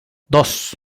dos